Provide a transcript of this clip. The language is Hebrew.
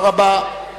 50 בעד,